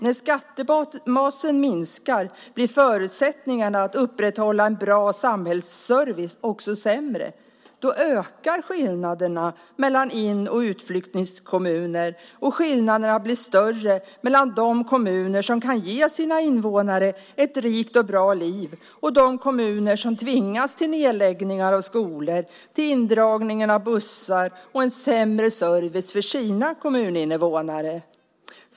När skattebasen minskar blir förutsättningarna för att upprätthålla en bra samhällsservice också sämre. Då ökar skillnaderna mellan in och utflyttningskommuner och skillnaderna blir större mellan de kommuner som kan ge sina invånare ett rikt och bra liv och de kommuner som tvingas till nedläggning av skolor, indragning av bussar och en sämre service till sina kommuninvånare.